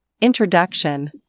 Introduction